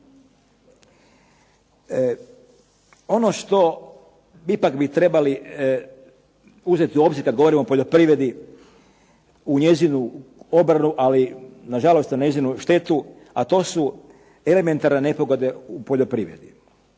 Ono što ipak bi trebali uzeti u obzir kad govorimo o poljoprivredi, u njezinu obranu, ali nažalost u njezinu štetu, a to su elementarne nepogode u poljoprivredi.